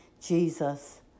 Jesus